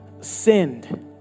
sinned